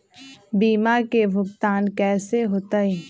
बीमा के भुगतान कैसे होतइ?